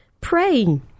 praying